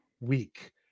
week